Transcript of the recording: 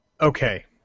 Okay